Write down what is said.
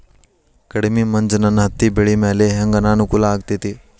ಕಡಮಿ ಮಂಜ್ ನನ್ ಹತ್ತಿಬೆಳಿ ಮ್ಯಾಲೆ ಹೆಂಗ್ ಅನಾನುಕೂಲ ಆಗ್ತೆತಿ?